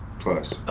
plus